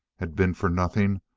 had been for nothing,